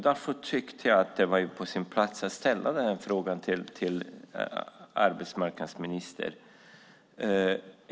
Därför tyckte jag att det var på sin plats att ställa den här frågan till arbetsmarknadsministern.